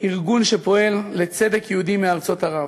ארגון שפועל לצדק ליהודים מארצות ערב.